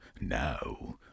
Now